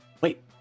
Wait